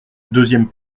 deuxième